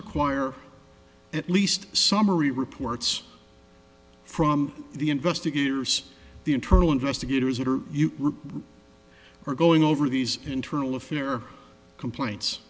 require at least summary reports from the investigators the internal investigators that are are going over these internal affair complaints